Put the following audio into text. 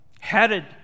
headed